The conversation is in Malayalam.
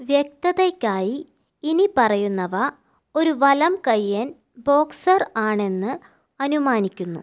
വ്യക്തതയ്ക്കായി ഇനി പറയുന്നവ ഒരു വലംകൈയ്യൻ ബോക്സർ ആണെന്ന് അനുമാനിക്കുന്നു